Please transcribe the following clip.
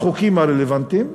החוקים הרלוונטיים,